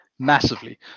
Massively